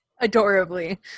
Adorably